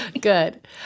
Good